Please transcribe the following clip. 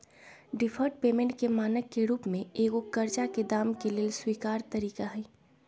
deferred payment के मानक के रूप में एगो करजा के दाम के लेल स्वीकार तरिका हइ